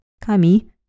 Kami